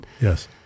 Yes